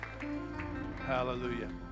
Hallelujah